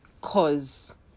Cause